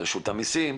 ברשות המסים,